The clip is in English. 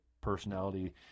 personality